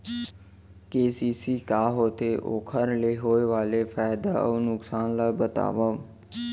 KCC का होथे, ओखर ले होय वाले फायदा अऊ नुकसान ला बतावव?